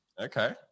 Okay